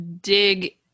dig